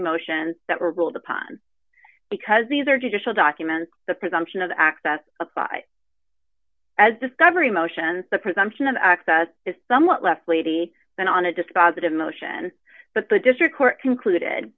motions that were ruled upon because these are judicial documents the presumption of access apply as discovery motions the presumption of access is somewhat less lady than on a dispositive motion but the district court concluded